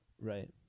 Right